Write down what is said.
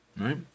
right